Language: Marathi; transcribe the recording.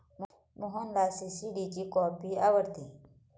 मोहनला सी.सी.डी ची कॉफी आवडते